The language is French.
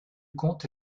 compte